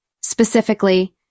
specifically